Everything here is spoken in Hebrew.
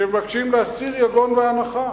שמבקשים להסיר יגון ואנחה.